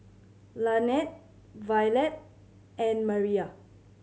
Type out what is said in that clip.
Lanette Violette and Maria